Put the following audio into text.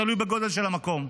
תלוי בגודל של המקום.